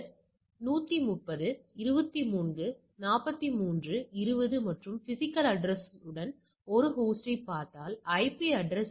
எனவே நீங்கள் ஐ முழுமைத்தொகுதியின் மாறுபட்டு அளவைக்குப் பயன்படுத்தலாம்